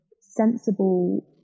sensible